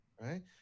right